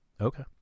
Okay